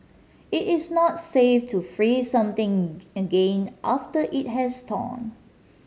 it is not safe to freeze something again after it has thawed